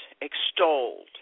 extolled